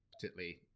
particularly